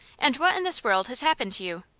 and what in this world has happened to you?